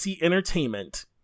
Entertainment